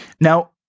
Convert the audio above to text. Now